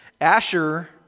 Asher